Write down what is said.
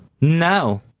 No